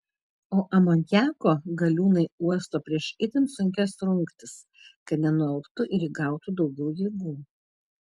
o amoniako galiūnai uosto prieš itin sunkias rungtis kad nenualptų ir įgautų daugiau jėgų